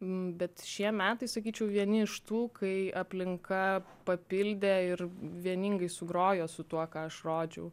bet šie metai sakyčiau vieni iš tų kai aplinka papildė ir vieningai sugrojo su tuo ką aš rodžiau